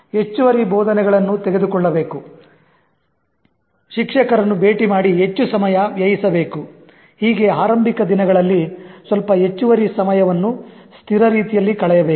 ಹೆಚ್ಚುವರಿ ಬೋಧನೆಗಳನ್ನು ತೆಗೆದುಕೊಳ್ಳಬೇಕು ಶಿಕ್ಷಕರನ್ನು ಭೇಟಿ ಮಾಡಿ ಹೆಚ್ಚು ಸಮಯ ವ್ಯಯಿಸಬೇಕು ಹೀಗೆ ಆರಂಭಿಕ ದಿನಗಳಲ್ಲಿ ಸ್ವಲ್ಪ ಹೆಚ್ಚುವರಿ ಸಮಯವನ್ನು ಸ್ಥಿರ ರೀತಿಯಲ್ಲಿ ಕಳೆಯಬೇಕು